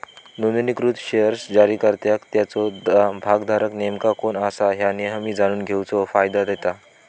नोंदणीकृत शेअर्स जारीकर्त्याक त्याचो भागधारक नेमका कोण असा ह्या नेहमी जाणून घेण्याचो फायदा देता